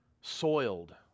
soiled